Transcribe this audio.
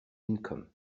income